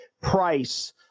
price